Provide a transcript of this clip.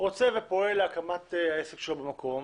רוצה ופועל להקמת העסק שלו במקום,